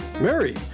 Mary